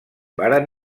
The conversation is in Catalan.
varen